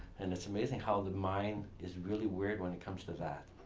and it's amazing how the mind is really weird when it comes to that.